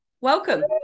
Welcome